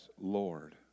Lord